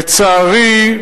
לצערי,